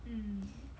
嗯